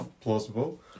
Plausible